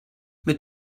mit